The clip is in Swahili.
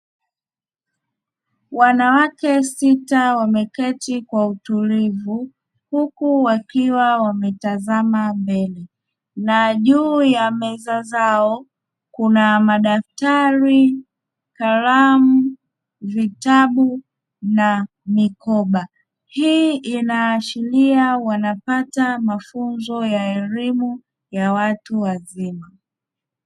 Wanawake sita wameketi kwa utulivu huku wakiwa wametazama mbele na juu ya meza zao kuna madaftari, kalamu, vitabu na mikoba; Hii inaashiria wanapata mafunzo ya elimu ya watu wazima.